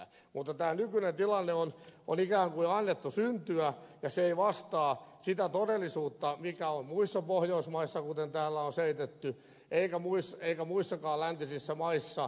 mutta tämän nykyisen tilanteen on ikään kuin annettu syntyä ja se ei vastaa sitä todellisuutta mikä on muissa pohjoismaissa kuten täällä on selitetty eikä muissakaan läntisissä maissa